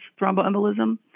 thromboembolism